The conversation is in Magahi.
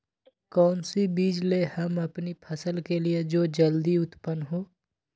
कौन सी बीज ले हम अपनी फसल के लिए जो जल्दी उत्पन हो?